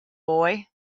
boy